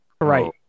Right